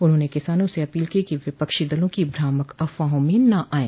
उन्होंने किसानों से अपील की कि विपक्षी दलों की भ्रामक अफवाहों में न आये